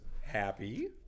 happy